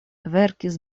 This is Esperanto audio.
verkis